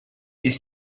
est